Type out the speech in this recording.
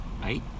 Right